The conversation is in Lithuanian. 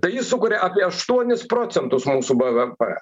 tai jis sukuria apie aštuonis procentus mūsų bvp